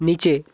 নিচে